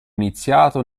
iniziato